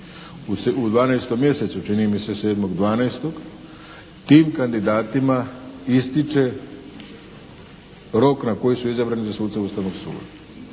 U 12. mjesecu čini mi se 7.12. tim kandidatima ističe rok na koji su izabrani za suca Ustavnog suda.